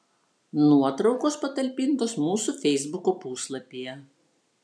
nuotraukos patalpintos mūsų feisbuko puslapyje